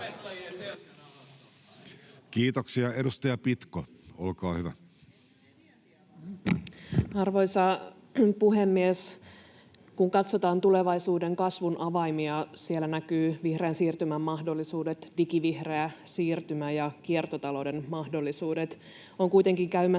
sd) Time: 16:23 Content: Arvoisa puhemies! Kun katsotaan tulevaisuuden kasvun avaimia, siellä näkyvät vihreän siirtymän mahdollisuudet, digivihreä siirtymä ja kiertotalouden mahdollisuudet. On kuitenkin käymässä